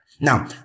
Now